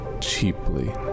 cheaply